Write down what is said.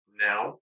now